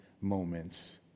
moments